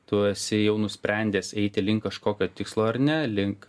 tu esi jau nusprendęs eiti link kažkokio tikslo ar ne link